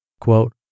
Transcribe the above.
Quote